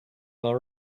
are